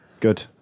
Good